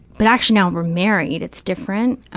but actually now we're married, it's different.